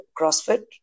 CrossFit